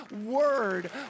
word